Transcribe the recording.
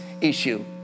issue